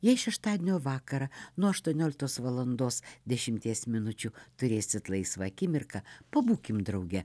šeštadienio vakarą nuo aštuonioliktos valandos dešimties minučių turėsit laisvą akimirką pabūkim drauge